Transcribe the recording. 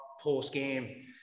post-game